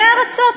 100 ארצות.